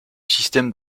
système